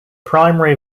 primary